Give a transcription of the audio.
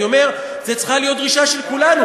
אני אומר: זאת צריכה להיות דרישה של כולנו.